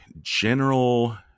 General